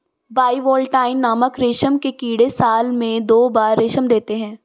bivoltine नामक रेशम के कीड़े साल में दो बार रेशम देते है